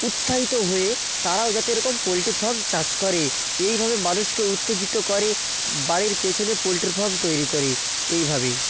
উৎসাহিত হয়ে তারাও যাতে এরকম পোল্ট্রি ফার্ম চাষ করে এইভাবে মানুষকে উত্তেজিত করে বাড়ির পেছনে পোল্ট্রি ফার্ম তৈরি করে এইভাবেই